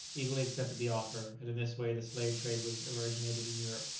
eagerly accepted the offer and in this way the slave-trade was originated in europe.